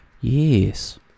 Yes